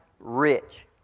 rich